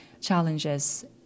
challenges